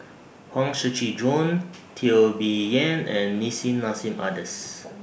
Huang Shiqi Joan Teo Bee Yen and Nissim Nassim Adis